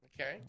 Okay